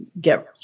get